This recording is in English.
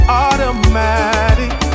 automatic